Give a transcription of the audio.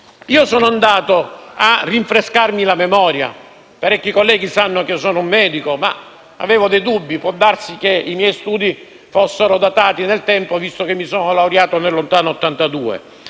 Sono andato a rinfrescarmi la memoria. Molti colleghi sanno che sono un medico, ma avevo dei dubbi e può darsi che i miei studi fossero datati nel tempo, visto che mi sono laureato nel lontano 1982.